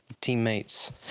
teammates